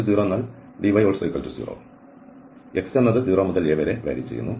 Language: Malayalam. y 0 എന്നാൽ dy0 യും ആണ് x 0 മുതൽ a വരെ വ്യത്യാസപ്പെടുന്നു